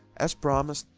as promised,